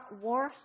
war